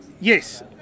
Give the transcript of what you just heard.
yes